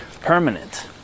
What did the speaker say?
permanent